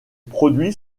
produits